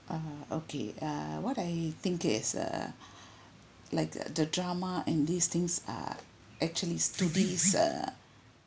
uh okay uh what I think is err like the the drama and these things are actually to these err